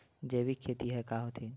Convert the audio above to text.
जैविक खेती ह का होथे?